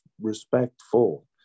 respectful